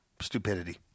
stupidity